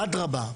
אדרבה,